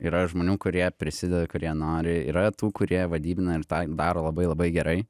yra žmonių kurie prisideda kurie nori yra tų kurie vadybina ir tą daro labai labai gerai